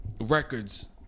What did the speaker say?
records